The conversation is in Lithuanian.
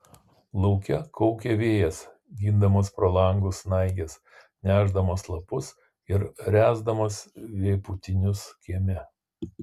lauke kaukė vėjas gindamas pro langus snaiges nešdamas lapus ir ręsdamas vėpūtinius kieme